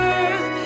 earth